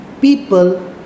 people